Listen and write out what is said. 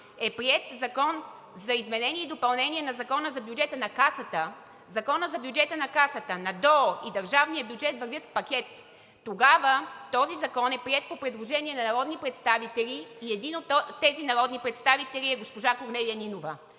е приет Закон за изменение и допълнение на Закона за бюджета на Касата. Законът за бюджета на Касата, на ДОО и държавния бюджет вървят в пакет. Този закон тогава е приет по предложение на народни представители и един от тези народни представители е госпожа Корнелия Нинова.